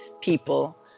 people